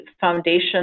foundation